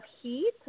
heat